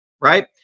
right